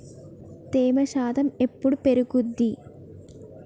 తేమ శాతం ఎప్పుడు పెరుగుద్ది?